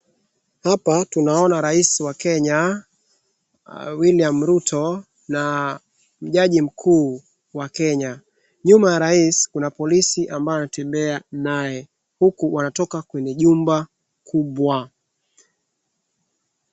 Hapa tunaona rais wa Kenya William ruto na jaji mkuu wa Kenya. Nyuma ya rais kuna polisi ambaye anatembea naye huku wanatoka kwenye jumba kubwa.